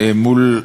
מול העינויים,